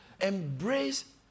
embrace